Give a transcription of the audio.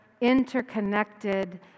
interconnected